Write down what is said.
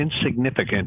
insignificant